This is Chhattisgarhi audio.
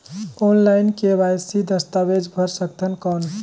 ऑनलाइन के.वाई.सी दस्तावेज भर सकथन कौन?